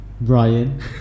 Brian